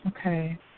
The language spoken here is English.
Okay